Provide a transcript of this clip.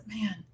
man